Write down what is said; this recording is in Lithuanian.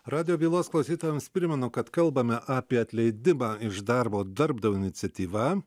radijo bylos klausytojams primenu kad kalbame apie atleidimą iš darbo darbdavio iniciatyva